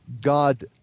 God